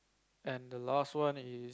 and the last one is